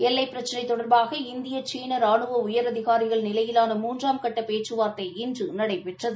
எல்லைப் பிரச்சினை தொடர்பாக இந்திய சீன ராணுவ உயரதிகாரிகள் நிலையிலான மூன்றாம் கட்ட பேச்சுவார்த்தை இன்று நடைபெற்றது